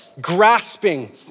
grasping